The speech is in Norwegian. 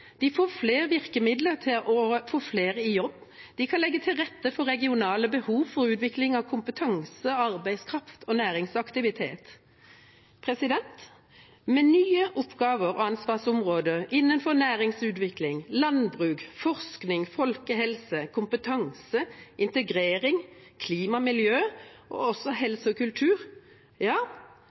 De får flere virkemidler til å få flere i jobb, og de kan legge til rette for regionale behov for utvikling av kompetanse, arbeidskraft og næringsaktivitet. Nye oppgaver og ansvarsområder innenfor næringsutvikling, landbruk, forskning, folkehelse, kompetanse, integrering, klima og miljø og også helse og kultur